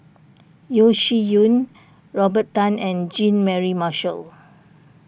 Yeo Shih Yun Robert Tan and Jean Mary Marshall